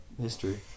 history